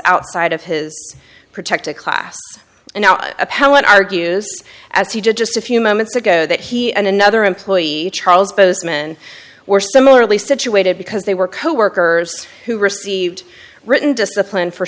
outside of his protected class and now appellant argues as he did just a few moments ago that he and another employee charles bozeman were similarly situated because they were coworkers who received written discipline for